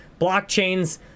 blockchains